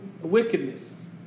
wickedness